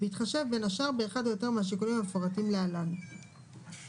למה אי אפשר לעשות את זה